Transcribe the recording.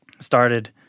started